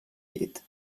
llit